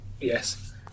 yes